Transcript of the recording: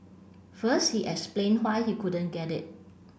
first he explained why he couldn't get it